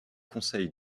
conseils